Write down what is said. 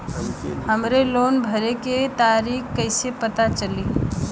हमरे लोन भरे के तारीख कईसे पता चली?